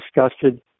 disgusted